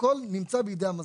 הכול נמצא בידי המזמין.